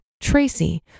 Tracy